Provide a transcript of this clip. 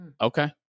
okay